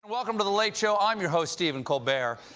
welcome to the late show. i'm your host, stephen colbert.